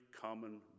common